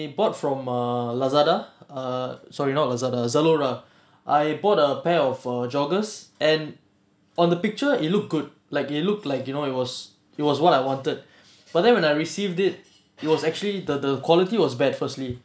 they bought from uh lazada err sorry not lazada zalora I bought a pair of err joggers and on the picture it look good like it looked like you know it was it was what I wanted but then when I received it was actually the the quality was bad firstly